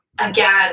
again